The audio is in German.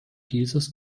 dieses